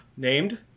Named